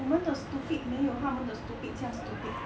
我们的 stupid 没有他们的 stupid 这样 stupid